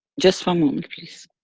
just one moment please.